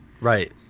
Right